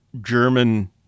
german